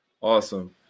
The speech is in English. Awesome